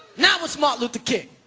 now what's martin luther king?